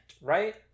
right